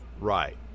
right